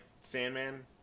Sandman